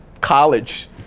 college